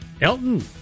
elton